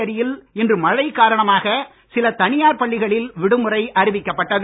புதுச்சேரியில் இன்று மழை காரணமாக சில தனியார் பள்ளிகளில் விடுமுறை அறிவிக்கப்பட்டது